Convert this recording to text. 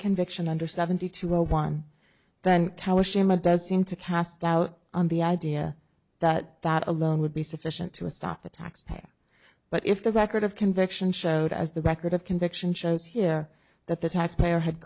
conviction under seventy two one then cow ashima does seem to cast doubt on the idea that that alone would be sufficient to a stop the taxpayer but if the record of conviction showed as the record of conviction shows here that the taxpayer had